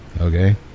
Okay